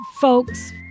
folks